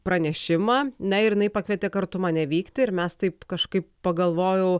pranešimą na ir jinai pakvietė kartu mane vykti ir mes taip kažkaip pagalvojau